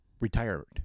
retired